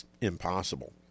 impossible